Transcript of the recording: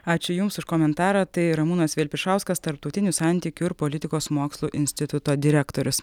ačiū jums už komentarą tai ramūnas vilpišauskas tarptautinių santykių ir politikos mokslų instituto direktorius